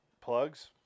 plugs